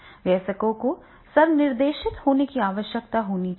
वयस्कों को स्व निर्देशित होने की आवश्यकता होनी चाहिए